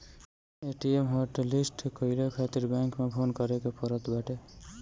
ATM hotlist कईला खातिर bank में फोन करे के पड़त बाटे